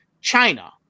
China